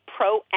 proactive